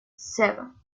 seven